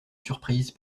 surprise